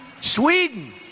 Sweden